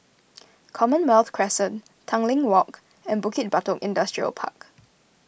Commonwealth Crescent Tanglin Walk and Bukit Batok Industrial Park